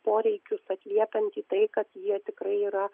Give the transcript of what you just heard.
poreikius atliepiant į tai kad jie tikrai yra